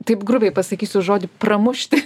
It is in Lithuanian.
taip grubiai pasakysiu žodį pramušti